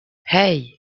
hey